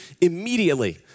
immediately